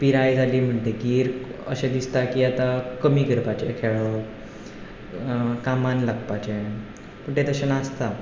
पिराय जाली म्हणटकीर अशें दिसता की आतां कमी करपाचें खेळप कामाक लागपाचें पूण तें तशें नासता